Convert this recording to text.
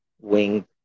wing